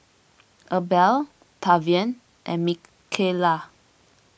Abel Tavian and Micayla